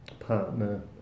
partner